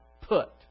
put